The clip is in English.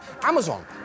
Amazon